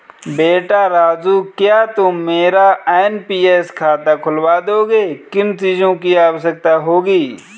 बेटा राजू क्या तुम मेरा एन.पी.एस खाता खुलवा दोगे, किन चीजों की आवश्यकता होगी?